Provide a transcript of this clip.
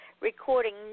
recording